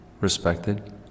respected